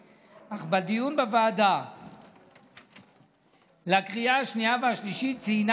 אך בדיון בוועדה לקריאה השנייה והשלישית ציינה